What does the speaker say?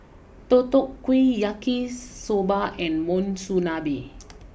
Deodeok Gui Yaki Soba and Monsunabe